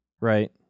Right